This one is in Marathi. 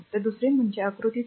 तर दुसरे म्हणजे आकृती2